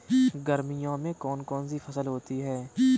गर्मियों में कौन कौन सी फसल होती है?